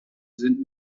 sind